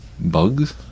Bugs